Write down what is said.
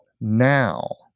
now